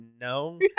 no